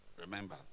Remember